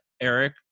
Eric